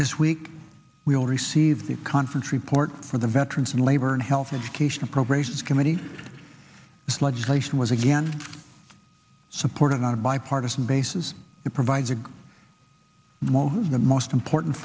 this week we will receive the conference report for the veterans and labor and health education appropriations committee this legislation was again supported on a bipartisan basis it provides a most of the most important